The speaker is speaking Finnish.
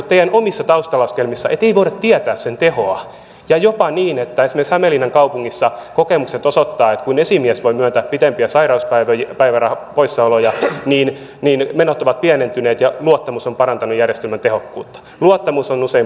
teidän omissa taustalaskelmissanne on arvioitu että ei voida tietää sairauspäiväleikkurin tehoa ja on jopa niin että esimerkiksi hämeenlinnan kaupungissa kokemukset osoittavat että kun esimies voi myöntää pitempiä sairauspoissaoloja niin menot ovat pienentyneet ja luottamus on parantanut järjestelmän tehokkuutta luottamus on usein parempi